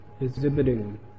exhibiting